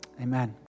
Amen